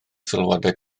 sylwadau